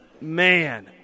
man